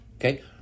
Okay